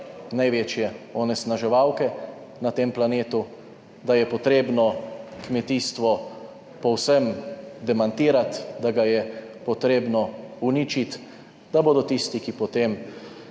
največje onesnaževalke na tem planetu. Da je potrebno kmetijstvo povsem demantirati, da ga je potrebno uničiti, da bodo tisti, ki potem